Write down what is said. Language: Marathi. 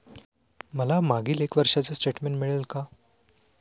मला मागील एक वर्षाचे स्टेटमेंट मिळेल का?